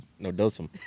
Nodosum